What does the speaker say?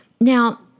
Now